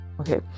okay